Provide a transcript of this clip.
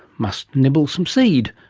must nibble some see.